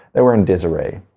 they were in disarray.